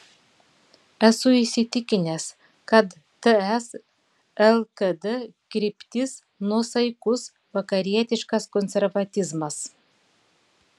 esu įsitikinęs kad ts lkd kryptis nuosaikus vakarietiškas konservatizmas